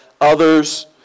others